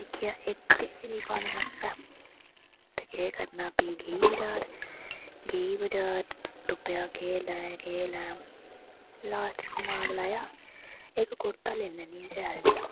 दिक्खेआ इक किश नी पाने आस्तै ते केह् करना फ्ही गेई बजार गेई बजार तुप्पेआ केह् लैं केह् लैं लास्ट च दमाग लाया इक कुर्ता लेई लैनियां शैल जेहा